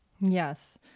Yes